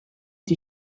die